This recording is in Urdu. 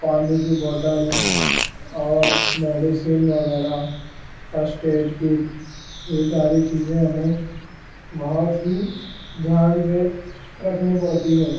پانی کی بوٹل اور میڈیسن وغیرہ فسٹ ایڈ کٹ یہ ساری چیزیں ہمیں بہت ہی دھیان سے رکھنی پڑتی ہیں